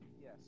Yes